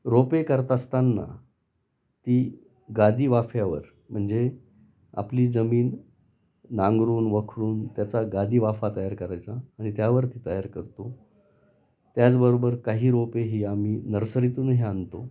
रोपे करत असताना ती गादी वाफ्यावर म्हणजे आपली जमीन नांगरून वखरून त्याचा गादी वाफा तयार करायचा आणि त्यावर ती तयार करतो त्याचबरोबर काही रोपे ही आम्ही नर्सरीतूनही आणतो